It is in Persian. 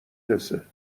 رسه